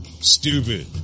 Stupid